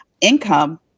income